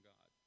God